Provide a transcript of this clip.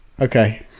Okay